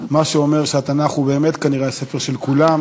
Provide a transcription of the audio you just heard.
מה שאומר שהתנ"ך הוא באמת כנראה הספר של כולם.